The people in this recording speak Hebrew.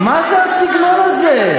מה זה הסגנון הזה?